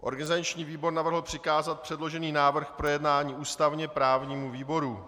Organizační výbor navrhl přikázat předložený návrh k projednání ústavněprávnímu výboru.